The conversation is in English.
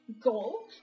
Goal